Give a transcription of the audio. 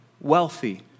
wealthy